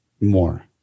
more